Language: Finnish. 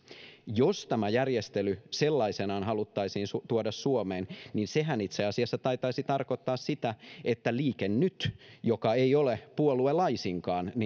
jos tämä järjestely sellaisenaan haluttaisiin tuoda suomeen niin sehän itse asiassa taitaisi tarkoittaa sitä että liike nyt joka ei ole puolue laisinkaan